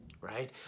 right